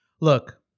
Look